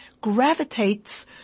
gravitates